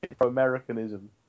Americanism